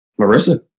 marissa